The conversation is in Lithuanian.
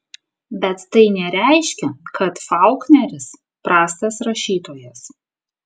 bet tai nereiškia kad faulkneris prastas rašytojas